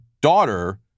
daughter